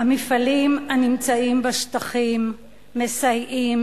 המפעלים הנמצאים בשטחים מסייעים,